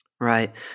Right